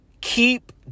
keep